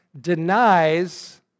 denies